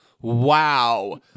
wow